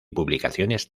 publicaciones